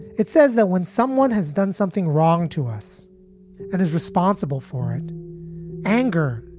it says that when someone has done something wrong to us and is responsible for it anger,